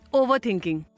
overthinking